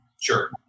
Sure